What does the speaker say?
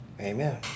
amen